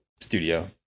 studio